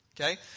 Okay